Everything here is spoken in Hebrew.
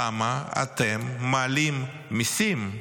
למה אתם מעלים מיסים?